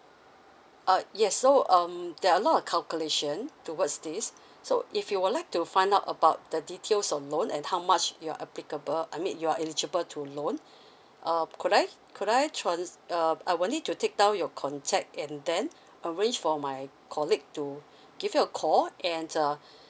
uh yes so um there are a lot of calculation towards this so if you would like to find out about the details on loan and how much you're applicable I mean you are eligible to loan uh could I could I trans~ uh I will need to take down your contact and then arrange for my colleague to give you a call and uh